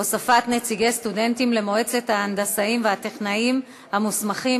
הוספת נציגי סטודנטים למועצת ההנדסאים והטכנאים המוסמכים),